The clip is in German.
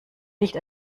nicht